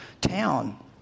town